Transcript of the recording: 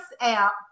app